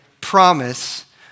promise